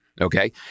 Okay